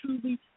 truly